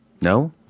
No